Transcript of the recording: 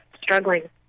struggling